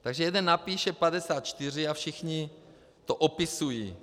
Takže jeden napíše 54 a všichni to opisují.